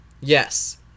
Yes